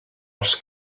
els